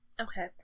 Okay